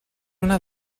una